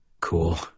Cool